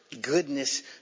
Goodness